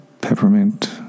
peppermint